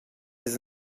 ist